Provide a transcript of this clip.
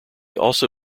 also